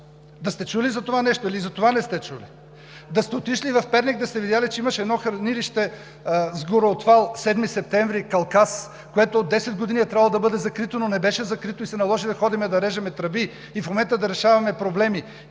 Да сте чули за това нещо? Или и за това не сте чули? Да сте отишли в Перник, да сте видели, че имаше едно хранилище: сгуроотвал „Седми септември“ – Калкас, което от 10 години е трябвало да бъде закрито, но не беше закрито. Наложи се да ходим да режем тръби и в момента да решаваме проблеми.